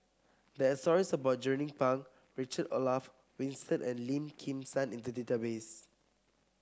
there are stories about Jernnine Pang Richard Olaf Winstedt and Lim Kim San in the database